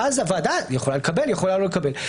ואז הוועדה יכולה לקבל, יכולה לא לקבל.